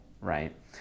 right